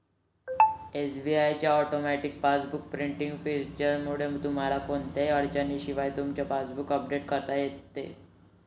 SBI च्या automatic passbook printing फीचरमुळे तुम्हाला कोणत्याही अडचणीशिवाय तुमचं पासबुक अपडेट करता येतं